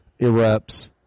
erupts